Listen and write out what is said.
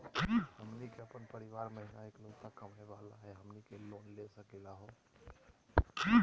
हमनी के अपन परीवार महिना एकलौता कमावे वाला हई, हमनी के लोन ले सकली का हो?